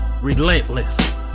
relentless